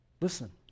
listen